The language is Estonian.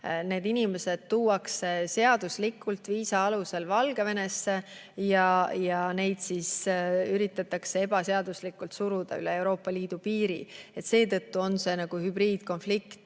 Need inimesed tuuakse seaduslikult, viisa alusel Valgevenesse ja neid üritatakse ebaseaduslikult suruda üle Euroopa Liidu piiri. Seetõttu on see nagu hübriidkonflikt,